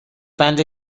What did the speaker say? بند